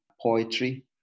poetry